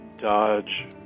dodge